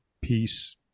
peace